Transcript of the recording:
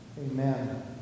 Amen